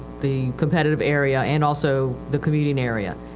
the competitive area and also the commuting area.